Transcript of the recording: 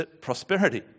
prosperity